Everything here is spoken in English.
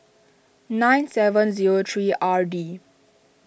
nine seven zero three R D